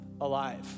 alive